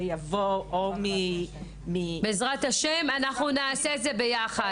זה יבוא --- בעזרת ה' אנחנו נעשה את זה ביחד.